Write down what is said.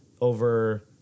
over